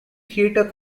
theatre